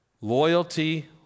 Loyalty